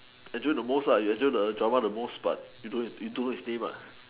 enjoy the most lah you enjoy the drama the most lah but you don't know his name lah